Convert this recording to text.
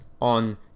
on